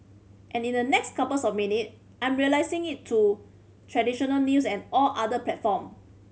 and in the next couple of minute I'm releasing it to traditional news and all other platform